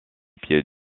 pied